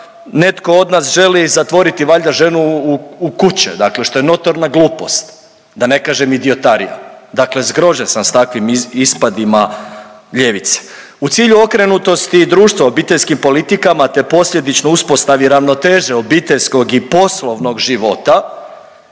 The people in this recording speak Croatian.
netko od nas želi zatvoriti valjda ženu u kuće, dakle što je notorna glupost, da ne kažem idiotarija. Dakle, zgrožen sam s takvim ispadima ljevice. U cilju okrenutosti društva obiteljskim politikama te posljedično uspostavi ravnoteže obiteljskog i poslovnog života